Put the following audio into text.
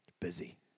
busy